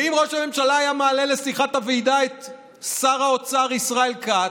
ואם ראש הממשלה היה מעלה לשיחת הוועידה את שר האוצר ישראל כץ,